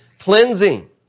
cleansing